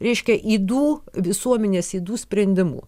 reiškia ydų visuomenės ydų sprendimu